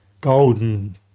Golden